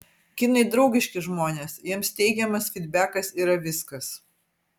kinai draugiški žmonės jiems teigiamas fydbekas yra viskas